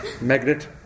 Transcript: magnet